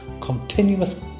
continuous